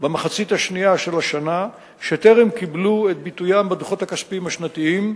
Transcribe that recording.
במחצית השנייה של השנה שטרם קיבלו את ביטוים בדוחות הכספיים השנתיים,